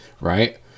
right